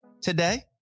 today